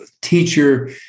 teacher